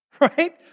Right